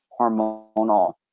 hormonal